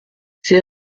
ces